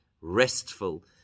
Restful